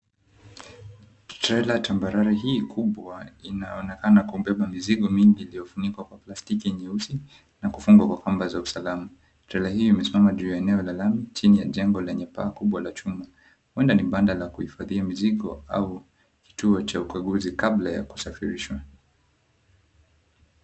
Trela tambarare hii kubwa inaonekana kubeba mizigo mingi iliyofunikwa kwa plastiki nyeusi na kufungwa kwa kamba ya usalama, trela hii imesimama juu ya eneo la lami chini ya jengo lenye paa kubwa la chuma huenda ni banda la kuhifadhia mzigo au kituo cha ukaguzi kabla ya kusafirishwa.